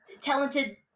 talented